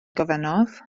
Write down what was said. gofynnodd